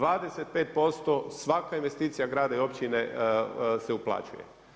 25% svaka investicija grada i općine se uplaćuje.